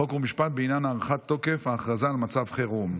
חוק ומשפט בעניין הארכת תוקף ההכרזה על מצב חירום.